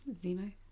Zemo